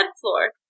floor